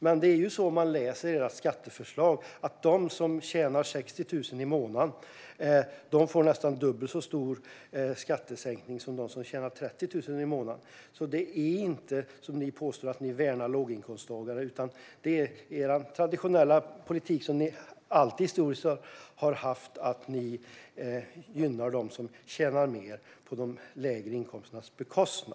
Men om man läser era skatteförslag ser man att de som tjänar 60 000 i månaden får nästan dubbelt så stor skattesänkning som de som tjänar 30 000 i månaden. Det är inte som ni påstår, att ni värnar låginkomsttagare, utan det är er traditionella politik som ni alltid har haft: Ni gynnar dem som tjänar mer på bekostnad av dem med lägre inkomster.